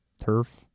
turf